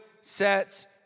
sets